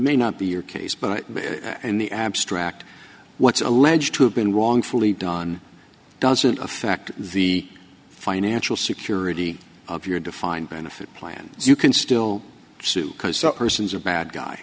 may not be your case but in the abstract what's alleged to have been wrongfully done doesn't affect the financial security of your defined benefit plans you can still sue persons or bad guy